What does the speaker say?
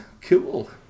Cool